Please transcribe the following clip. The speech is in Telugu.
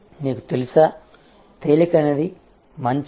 మీకు తెలుసా తేలికైనది మంచిది